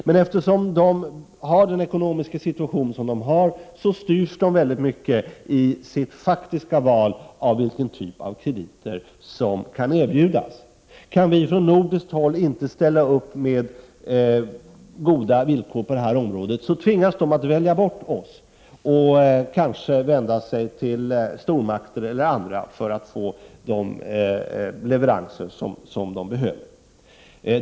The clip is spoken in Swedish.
Men eftersom deras ekonomiska situation är som den är styrs de mycket i sitt faktiska val av den typ av krediter som kan erbjudas. Kan vi från nordiskt håll då inte ställa upp med goda villkor på detta område tvingas de välja bort oss och kanske vända sig till stormakter eller andra för att få de leveranser som de behöver.